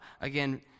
Again